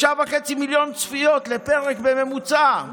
3.5 מיליון צפיות לפרק בממוצע.